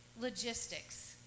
logistics